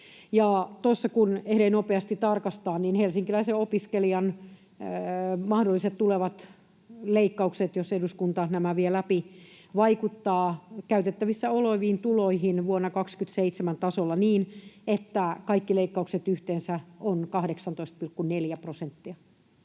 kun ehdin nopeasti tarkastaa, niin helsinkiläisen opiskelijan mahdolliset tulevat leikkaukset, jos eduskunta nämä vie läpi, vaikuttavat käytettävissä oleviin tuloihin vuoden 27 tasolla niin, että kaikki leikkaukset yhteensä ovat 18,4 prosenttia.